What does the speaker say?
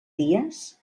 dies